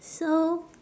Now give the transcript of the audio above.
so